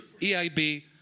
EIB